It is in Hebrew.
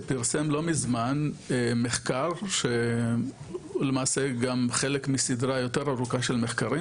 פרסם לא מזמן מחקר שהוא למעשה גם חלק מסדרה יותר ארוכה של מחקרים,